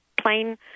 plain